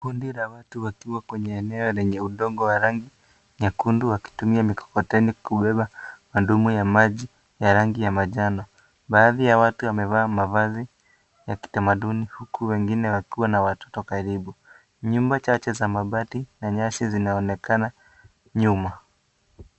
Kundi la watu wakiwa kwenye eneo lenye udongo wa rangi nyekundu akitumia mkokoteni kubeba mitungi ya maji ya rangi ya manjano. Baadhi ya watu wamevaa mavazi ya kitamaduni huku wengine wakiwa na watoto karibu. Nyumba chache za mabati na nyasi zinaonekana nyuma.